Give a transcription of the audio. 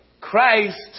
Christ